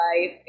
life